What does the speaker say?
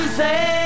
say